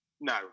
No